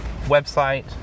website